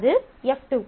அது F2